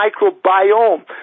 microbiome